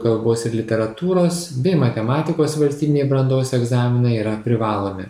kalbos ir literatūros bei matematikos valstybiniai brandos egzaminai yra privalomi